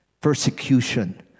persecution